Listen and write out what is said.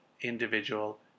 individual